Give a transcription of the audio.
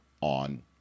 on